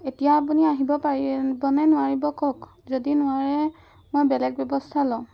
এতিয়া আপুনি আহিব পাৰিবনে নোৱাৰিব কওক যদি নোৱাৰে মই বেলেগ ব্যৱস্থা ল'ম